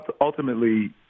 ultimately